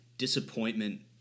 Disappointment